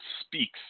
speaks